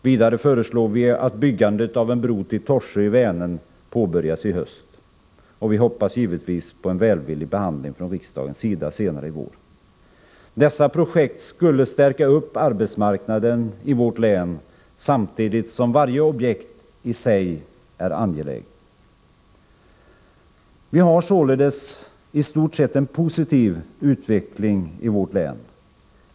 Vidare föreslår vi att byggandet av en bro till Torsö i Vänern påbörjas i höst. Vi hoppas givetvis på en välvillig behandling från riksdagens sida senare i vår. Dessa projekt skulle stärka arbetsmarknaden i vårt län samtidigt som varje objekt i sig är angeläget. Vi har således i stort sett en positiv utveckling i vårt län.